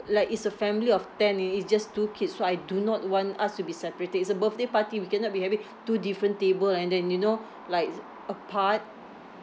like it's a family of ten and it's just two kids so I do not want us to be separated it's a birthday party we cannot be having two different table and then you know like apart